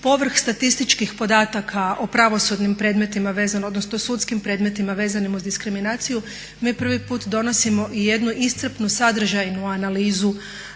povrh statističkih podataka o pravosudnim predmetima vezano, odnosno sudskim predmetima vezanim uz diskriminaciju mi prvi put donosimo i jednu iscrpnu sadržajnu analizu